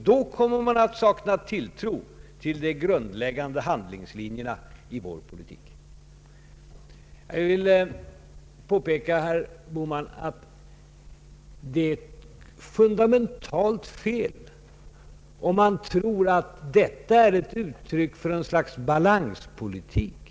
Då kommer man att sakna tilltro till de grundläggande handlingslinjerna i vår politik.” Jag vill påpeka, herr Bohman, att det är fundamentalt felaktigt att tro att detta skulle vara uttryck för ett slags balanspolitik.